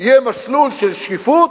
יהיה מסלול של שקיפות